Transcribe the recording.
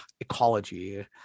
ecology